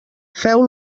feu